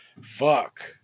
fuck